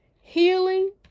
healing